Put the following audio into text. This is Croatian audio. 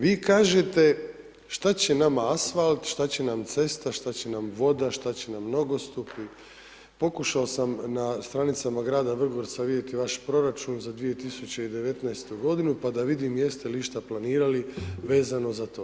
Vi kažete što će nama asfalt, šta će nam cesta, šta će nam voda, što će nam nogostupi i pokušao sam na stranicama grada Vrgorca vidjeti vaš proračun za 2019. g. pa da vidim jeste li išta planirali vezano za to.